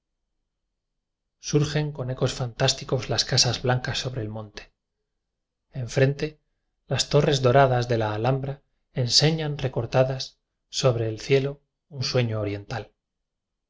surgen con ecos fantásticos las casas blancas sobre el monte enfrente las to rres doradas de la alhambra enseñan recoríadas sobre el cielo un sueño oriental